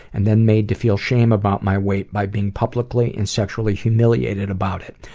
and then made to feel shame about my weight by being publicly and sexually humiliated about it.